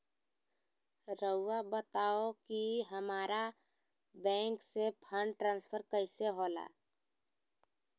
राउआ बताओ कि हामारा बैंक से फंड ट्रांसफर कैसे होला?